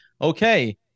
okay